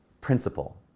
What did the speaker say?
Principle